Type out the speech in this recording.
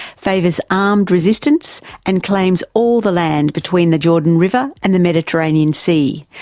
favours armed resistance and claims all the land between the jordon river and the mediterranean sea,